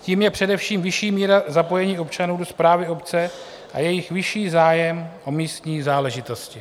Tím je především vyšší míra zapojení občanů do správy obce a jejich vyšší zájem o místní záležitosti.